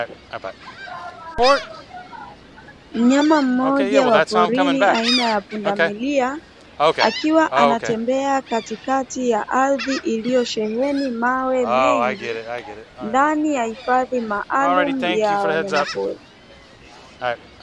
Mnyama mmoja wa porini aina ya pundamilia, akiwa anatembea katikati ya ardhi iliyosheheni mawe mengi, ndani ya hifadhi maalumu ya wanyamapori.